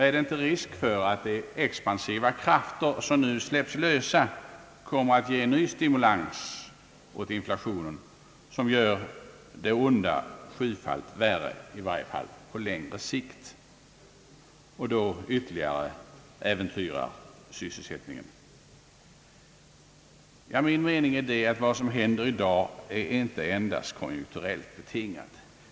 Är det inte risk för att de expansiva krafter som nu släppts lösa kommer att ge ny stimulans åt inflationen, som gör det onda sjufalt värre, i varje fall på längre sikt, och då ytterligare äventyrar sysselsättningen? Min mening är att vad som händer i dag inte är endast konjunkturellt betingat.